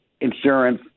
insurance